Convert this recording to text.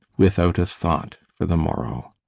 without a thought for the morrow.